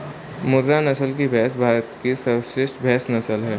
मुर्रा नस्ल की भैंस भारत की सर्वश्रेष्ठ भैंस नस्ल है